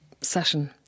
session